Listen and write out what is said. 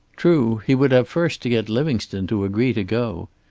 true, he would have first to get livingstone to agree to go.